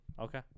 Okay